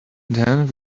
then